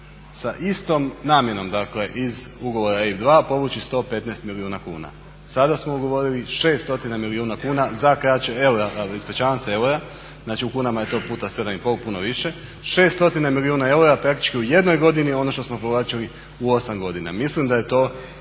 sa istom namjenom dakle iz ugovora EIB 2 povući 115 milijuna kuna. Sada smo govorili 6 stotina milijuna kuna za kraće, evo ispričavam se, eura, znači u kunama je to puta 7,5, puno više, 6 stotina milijuna eura praktički u jednoj godini, ono što smo povlačili u 8 godina. Mislim da je to